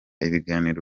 ibiganiro